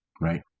right